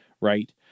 right